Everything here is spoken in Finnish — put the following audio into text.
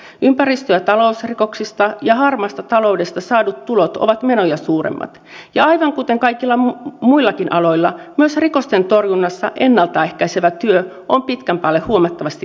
ympäristö ja talousrikoksista ja harmaasta taloudesta saadut tulot ovat menoja suuremmat ja aivan kuten kaikilla muillakin aloilla myös rikosten torjunnassa ennalta ehkäisevä työ on pitkän päälle huomattavasti edullisempaa